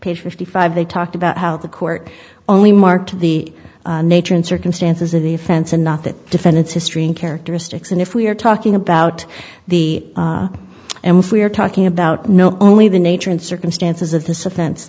page fifty five they talked about how the court only marked the nature and circumstances of the offense and not that defendant's history and characteristics and if we are talking about the and if we are talking about know only the nature and circumstances of this offen